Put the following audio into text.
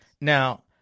Now